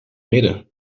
midden